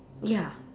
ya